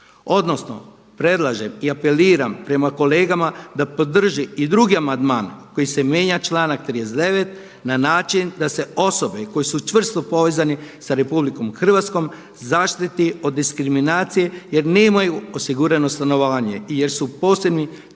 Odnosno predlažem i apeliram prema kolegama da podrže i druge amandmane kojim se mijenja članak 39. na način da se osobe koje su čvrsto povezane sa Republikom Hrvatskom zaštititi od diskriminacije jer nemaju osigurano stanovanje i jer su u posebno